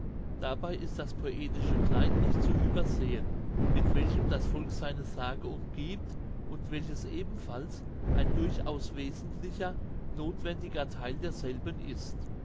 dabei ist das poetische kleid nicht zu übersehen mit welchem das volk seine sage umgiebt und welches ebenfalls ein durchaus wesentlicher nothwendiger theil derselben ist